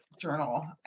journal